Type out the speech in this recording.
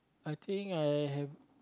I think I have